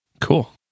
Cool